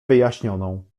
wyjaśnioną